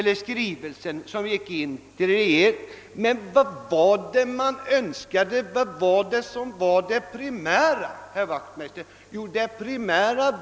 Men vad var det primära i den, herr Wachtmeister?